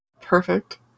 Perfect